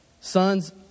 sons